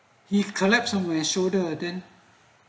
he collapse away shoulder then